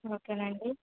ఓకేనండి